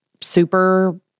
super